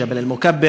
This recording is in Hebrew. בג'בל-מוכבר